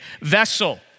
vessel